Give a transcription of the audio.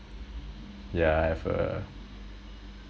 yeah I have a